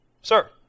Sir